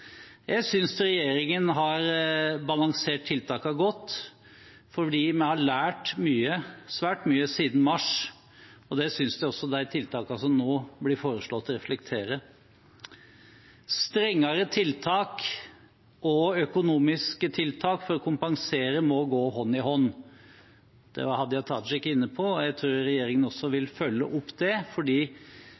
Jeg synes regjeringen har balansert tiltakene godt. Vi har lært svært mye siden mars, og det synes jeg også de tiltakene som nå blir foreslått, reflekterer. Strengere tiltak og økonomiske tiltak for å kompensere må gå hånd i hånd. Det var Hadia Tajik inne på, og jeg tror regjeringen også vil følge opp det